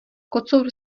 kocour